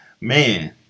Man